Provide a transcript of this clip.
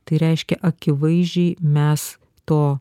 tai reiškia akivaizdžiai mes to